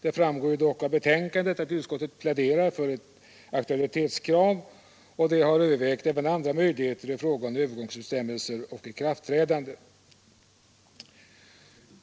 Det framgår ju dock av betänkandet att utskottet pläderar för ett aktualitetskrav och att det har övervägt även andra möjligheter i fråga om övergångsbestämmelser och ikraftträdande.